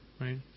right